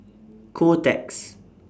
Kotex